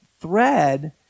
thread